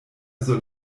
soll